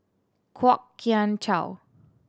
Kwok Kian Chow